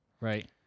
right